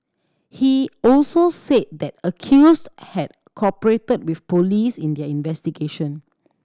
he also said the accused had cooperated with police in their investigation